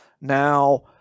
Now